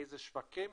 איזה שווקים,